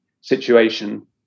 situation